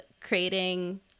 creating